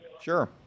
Sure